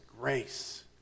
grace